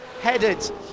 headed